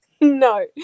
no